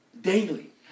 Daily